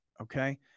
okay